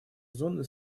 зоны